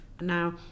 Now